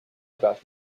about